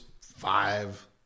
five